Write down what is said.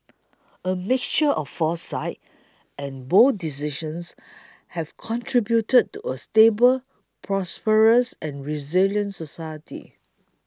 a mixture of foresight and bold decisions have contributed to a stable prosperous and resilient society